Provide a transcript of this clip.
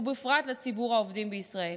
ובפרט לציבור העובדים בישראל.